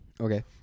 okay